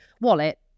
wallet